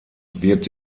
wird